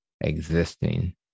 existing